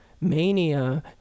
Mania